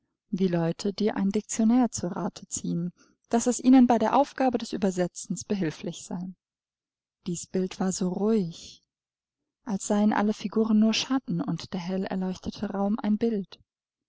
wie leute die ein diktionär zu rate ziehen daß es ihnen bei der aufgabe des übersetzens behilflich sei dies bild war so ruhig als seien alle figuren nur schatten und der hell erleuchtete raum ein bild